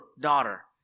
daughter